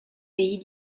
pays